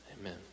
Amen